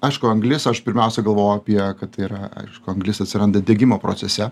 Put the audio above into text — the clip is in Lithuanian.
aišku anglis aš pirmiausia galvoju apie kad tai yra aišku anglis atsiranda degimo procese